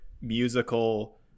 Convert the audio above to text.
musical